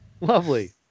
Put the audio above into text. Lovely